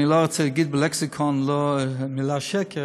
אני לא רוצה להגיד בלקסיקון את המילה "שקר",